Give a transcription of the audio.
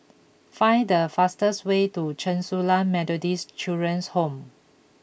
find the fastest way to Chen Su Lan Methodist Children's Home